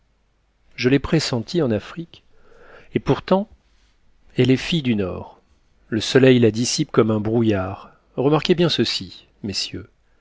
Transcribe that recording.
je l'ai pressentie en afrique et pourtant elle est fille du nord le soleil la dissipe comme un brouillard remarquez bien ceci messieurs